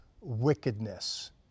wickedness